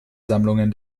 sammlungen